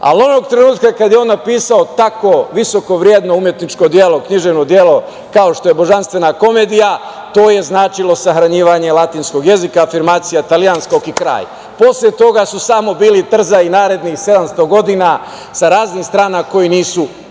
ali onog trenutka kad je on napisao tako visoko vredno umetničko književno delo kao što je "Božanstvena komedija", to je značilo sahranjivanje latinskog jezika, afirmacija italijanskog i kraj. Posle toga su samo bili trzaji narednih 700 godina sa raznih strana koji nisu uspeli. Šta